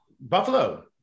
Buffalo